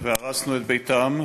והרסנו את ביתם,